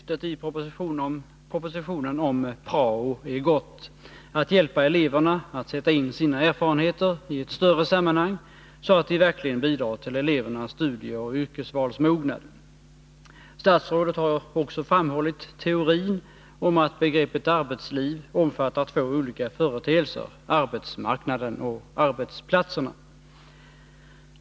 Herr talman! Syftet i propositionen om prao är gott: att hjälpa eleverna att sätta in sina erfarenheter i ett större sammanhang, så att de verkligen bidrar till elevernas studieoch yrkesvalsmognad. Statsrådet har också framhållit teorin om att begreppet arbetsliv omfattar två olika företeelser: arbetsmarknaden och arbetsplatserna.